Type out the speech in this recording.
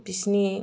बिसोरनि